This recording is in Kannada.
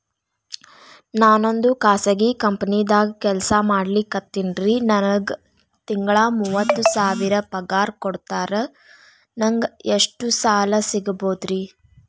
ನಾವೊಂದು ಖಾಸಗಿ ಕಂಪನಿದಾಗ ಕೆಲ್ಸ ಮಾಡ್ಲಿಕತ್ತಿನ್ರಿ, ನನಗೆ ತಿಂಗಳ ಮೂವತ್ತು ಸಾವಿರ ಪಗಾರ್ ಕೊಡ್ತಾರ, ನಂಗ್ ಎಷ್ಟು ಲೋನ್ ಸಿಗಬೋದ ರಿ?